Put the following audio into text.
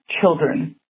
children